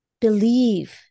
Believe